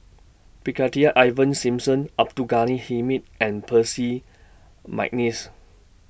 Brigadier Ivan Simson Abdul Ghani Hamid and Percy Mcneice